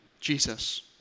Jesus